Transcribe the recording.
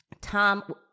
Tom